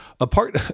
Apart